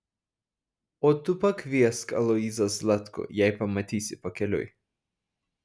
o tu pakviesk aloyzą zlatkų jei pamatysi pakeliui